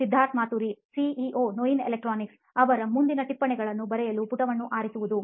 Siddharth Maturi CEO ನೋಯಿನ್ electronics ಅವರ ಮುಂದಿನ ಟಿಪ್ಪಣಿಗಳನ್ನು ಬರೆಯಲು ಪುಟವನ್ನು ಆರಿಸುವುದು